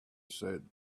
said